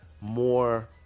more